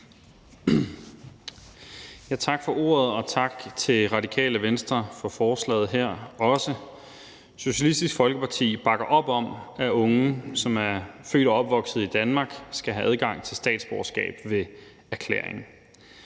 Tak for ordet. Og tak til Radikale Venstre for forslaget her også. Socialistisk Folkeparti bakker op om, at unge, som er født og opvokset i Danmark, skal have adgang til statsborgerskab ved erklæring.